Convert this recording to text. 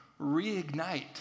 reignite